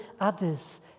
others